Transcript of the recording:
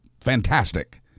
fantastic